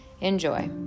Enjoy